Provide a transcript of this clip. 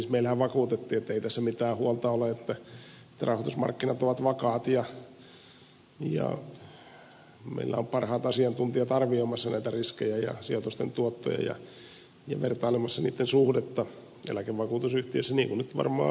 meillehän vakuutettiin ettei tässä mitään huolta ole rahoitusmarkkinat ovat vakaat ja meillä on parhaat asiantuntijat arvioimassa näitä riskejä ja sijoitusten tuottoja ja vertailemassa niiden suhdetta eläkevakuutusyhtiöissä niin kuin varmaan on ollutkin